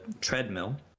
treadmill